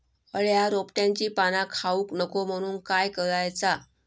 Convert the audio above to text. अळ्या रोपट्यांची पाना खाऊक नको म्हणून काय करायचा?